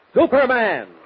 Superman